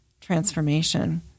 transformation